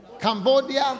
Cambodia